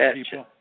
people